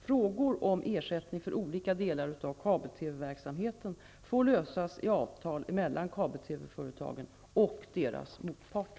Frågor om ersättning för olika delar av kabel-TV